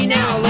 now